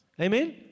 Amen